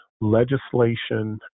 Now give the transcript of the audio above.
legislation